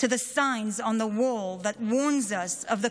to the signs on the wall that warn us of the